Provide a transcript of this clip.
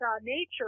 nature